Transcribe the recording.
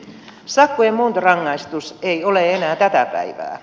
sakkojen muuntorangaistus ei ole enää tätä päivää